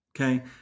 Okay